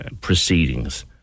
proceedings